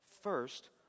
First